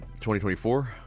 2024